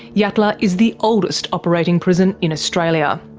yatala is the oldest operating prison in australia.